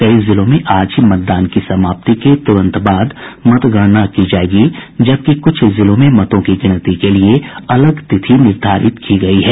कई जिलों में आज ही मतदान की समाप्ति के तुरंत बाद मतगणना की जायेगी जबकि कुछ जिलों में मतों की गिनती के लिए अलग तिथि निर्धारित की गयी है